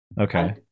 Okay